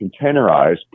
containerized